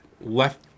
left